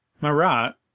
Marat